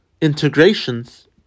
integrations